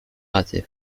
ratée